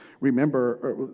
remember